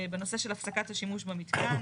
בנושא של הפסקת השימוש במתקן.